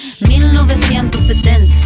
1970